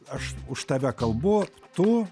aš už tave kalbu tu